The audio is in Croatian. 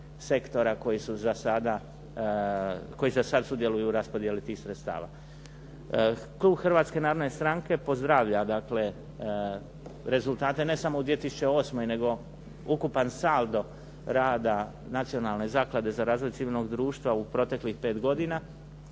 sada, koji za sada sudjeluju u raspodijeli tih sredstava. Klub Hrvatske Narodne Stranke pozdravlja dakle rezultate, ne samo u 2008. nego ukupan saldo rada Nacionalne zaklade za razvoj civilnog društva u proteklih pet godina.